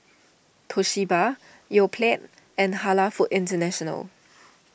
Toshiba Yoplait and Halal Foods International